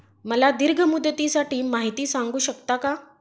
मला दीर्घ मुदतीसाठी माहिती सांगू शकता का?